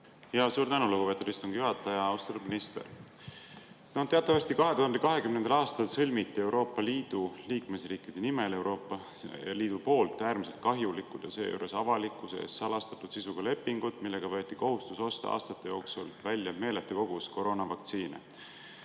Suur tänu, lugupeetud istungi juhataja! Austatud minister! Teatavasti 2020. aastal sõlmiti Euroopa Liidu liikmesriikide nimel Euroopa Liidu poolt äärmiselt kahjulikud ja seejuures avalikkuse ees salastatud sisuga lepingud, millega võeti kohustus osta aastate jooksul välja meeletu kogus koroonavaktsiine.